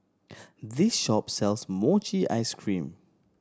this shop sells mochi ice cream